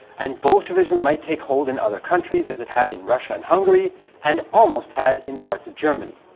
and bolshevism might take hold in other countries as it had in russia and hungary and almost had in parts of germany.